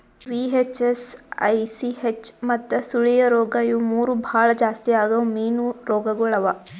VHS, ICH ಮತ್ತ ಸುಳಿಯ ರೋಗ ಇವು ಮೂರು ಭಾಳ ಜಾಸ್ತಿ ಆಗವ್ ಮೀನು ರೋಗಗೊಳ್ ಅವಾ